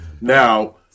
now